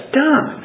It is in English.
done